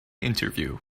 interview